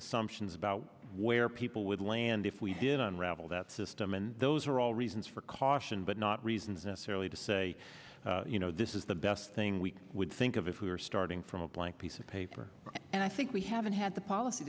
assumptions about where people would land if we didn't unravel that system and those are all reasons for caution but not reasons necessarily to say you know this is the best thing we would think of if we were starting from a blank piece of paper and i think we haven't had the policy